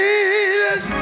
Jesus